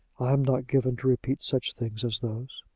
i am not given to repeat such things as those.